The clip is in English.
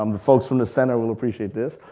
um the folks from the center will appreciate this,